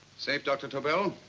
safe dr. tobel?